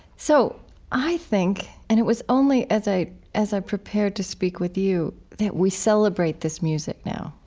so i think and it was only as i as i prepared to speak with you that we celebrate this music now,